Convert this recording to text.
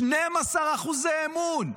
12% אמון.